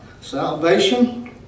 salvation